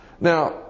now